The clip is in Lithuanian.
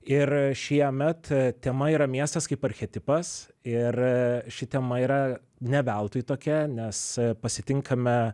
ir šiemet tema yra miestas kaip archetipas ir ši tema yra ne veltui tokia nes pasitinkame